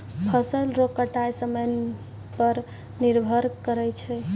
फसल रो कटाय समय पर निर्भर करै छै